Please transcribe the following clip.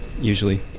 usually